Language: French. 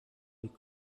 les